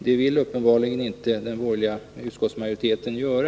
Det vill uppenbarligen inte den borgerliga utskottsmajoriteten göra.